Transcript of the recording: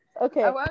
Okay